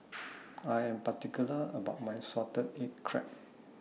I Am particular about My Salted Egg Crab